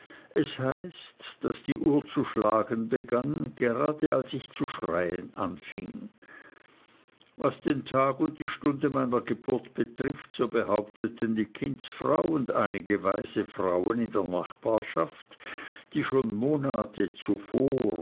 es heißt daß die uhr zu schlagen begann gerade als ich zu schreien anfing was den tag und die stunde meiner geburt betrifft so behaupteten die kindsfrau und einige weise frauen in der nachbarschaft die schon monate zuvor